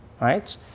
right